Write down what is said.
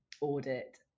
audit